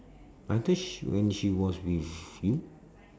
I thought sh~ when she was with you